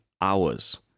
hours